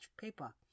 paper